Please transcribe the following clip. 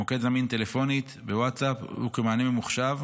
המוקד זמין טלפונית, בווטסאפ וכמענה ממוחשב,